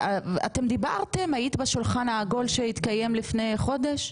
אתם דיברתם, היית בשולחן העגול שהתקיים לפני חודש?